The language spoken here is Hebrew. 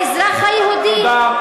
האזרח היהודי, תודה.